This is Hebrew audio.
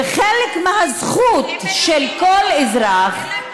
וחלק מהזכות של כל אזרח,